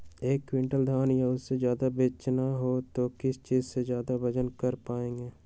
एक क्विंटल धान या उससे ज्यादा बेचना हो तो किस चीज से जल्दी वजन कर पायेंगे?